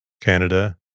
Canada